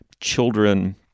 children